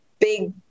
big